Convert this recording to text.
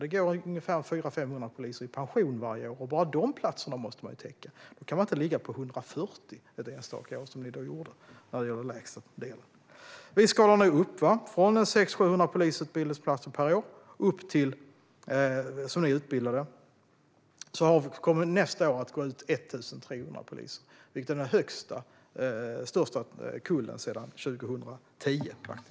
Varje år går 400-500 poliser i pension, och bara de platserna måste man täcka. Då kan man inte ligga på 140 ett enstaka år, som ni gjorde när det var som lägst. Vi skalar nu upp, från 600-700 poliser per år, som ni utbildade, till 1 300 poliser, som kommer att gå ut nästa år. Det är faktiskt den största kullen sedan 2010.